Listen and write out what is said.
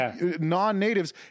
non-natives